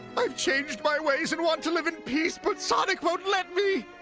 i've changed my ways and want to live in peace, but sonic won't let me.